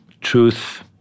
truth